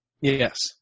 Yes